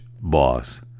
boss